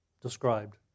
described